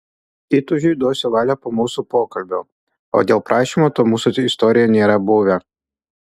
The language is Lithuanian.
įtūžiui duosiu valią po mūsų pokalbio o dėl prašymo to mūsų istorijoje nėra buvę